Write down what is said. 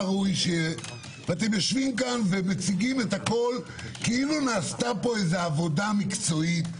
ואתם יושבים פה ומציגים את הכול כאילו נעשתה פה עבודה מקצועית,